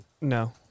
No